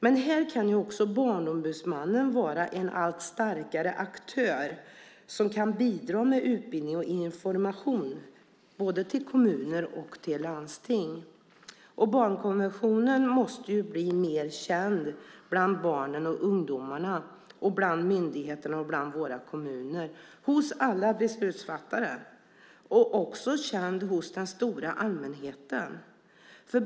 Men här kan också Barnombudsmannen vara en allt starkare aktör, som kan bidra med utbildning och information både till kommuner och till landsting. Barnkonventionen måste bli mer känd bland barnen och ungdomarna, hos myndigheterna och hos våra kommuner, hos alla beslutsfattare, och också känd hos den stora allmänheten.